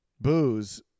booze